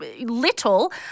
little